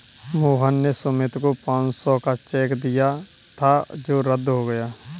मोहन ने सुमित को पाँच सौ का चेक दिया था जो रद्द हो गया